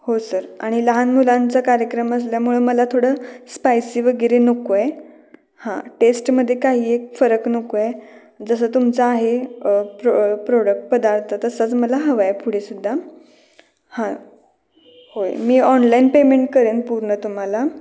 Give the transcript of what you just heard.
हो सर आणि लहान मुलांचा कार्यक्रम असल्यामुळं मला थोडं स्पायसी वगैरे नको आहे हा टेस्टमध्ये काही एक फरक नको आहे जसं तुमचं आहे प्र प्रो प्रोडक्ट पदार्थ तसाच मला हवा आहे पुढेसुद्धा हा होय मी ऑनलाईन पेमेंट करेल पूर्ण तुम्हाला